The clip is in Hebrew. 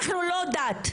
אנחנו לא דת.